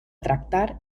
tractar